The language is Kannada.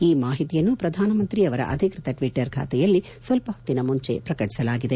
ಈ ಮಾಹಿತಿಯನ್ನು ಪ್ರಧಾನಮಂತ್ರಿ ಅವರ ಅಧಿಕೃತ ಟ್ವೀಟರ್ ಖಾತೆಯಲ್ಲಿ ಸ್ವಲ್ಪ ಹೊತ್ತಿನ ಮುಂಚೆ ಪ್ರಕಟಿಸಲಾಗಿದೆ